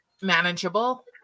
manageable